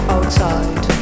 Outside